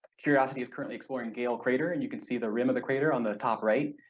curiosity is currently exploring gale crater and you can see the rim of the crater on the top right,